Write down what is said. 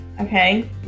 Okay